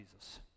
Jesus